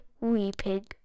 weeping